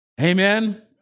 Amen